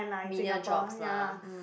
million jobs lah hmm